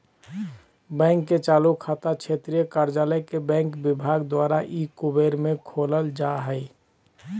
bank के चालू खाता क्षेत्रीय कार्यालय के बैंक विभाग द्वारा ई कुबेर में खोलल जा हइ